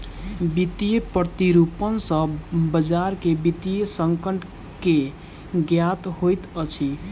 वित्तीय प्रतिरूपण सॅ बजार के वित्तीय संकट के ज्ञात होइत अछि